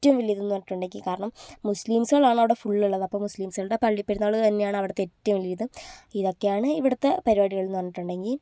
ഏറ്റവും വലിയ ഇതെന്നു പറഞ്ഞിട്ടുണ്ടെങ്കിൽ കാരണം മുസ്ലിംസുകളാണ് അവിടെ ഫുള്ളുള്ളത് അതുകൊണ്ട് മുസ്ലിംസിൻ്റെ പള്ളിപ്പെരുന്നാൾ തന്നെയാണ് അവിടുത്തെ ഏറ്റവും വലിയത് ഇതൊക്കെയാണ് ഇവിടുത്തെ പരിപാടികളെന്നു പറഞ്ഞിട്ടുണ്ടെങ്കിൽ